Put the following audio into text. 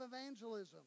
evangelism